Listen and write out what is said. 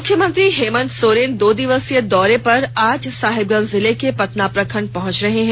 मुख्यमंत्री हेमंत सोरेन दो दिवसीय दौरे पर आज साहिबगंज जिले के पतना प्रखंड पहुंच रहे हैं